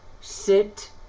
sit